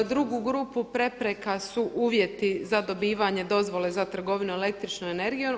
Drugu grupu prepreka su uvjeti za dobivanje dozvole za trgovinu električnom energijom.